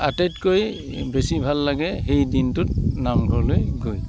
আটাইতকৈ বেছি ভাল লাগে সেই দিনটোত নাঘৰলৈ গৈ